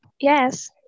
Yes